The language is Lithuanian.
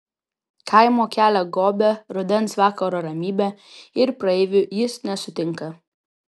kaimo kelią gobia rudens vakaro ramybė ir praeivių jis nesutinka